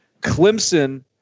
Clemson